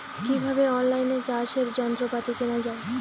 কিভাবে অন লাইনে চাষের যন্ত্রপাতি কেনা য়ায়?